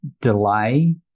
Delay